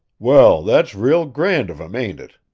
well, that's real grand of him, ain't it!